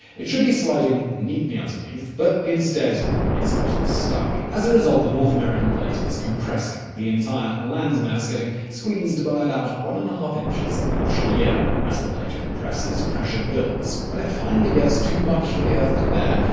it should be sliding neatly underneath, but instead it's gotten stuck. as a result, the north american plate is compressing, the entire landmass getting squeezed by about one and a half inches a year. yeah as the plate compresses, pressure builds. when it finally gets too much for the earth to bear,